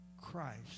Christ